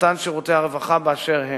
במתן שירותי הרווחה באשר הם.